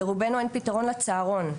לרובנו אין פתרון לצהרון,